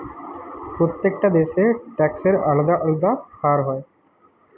প্রত্যেকটা দেশে ট্যাক্সের আলদা আলদা হার হয়